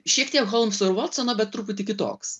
šiek tiek holmso ir votsono bet truputį kitoks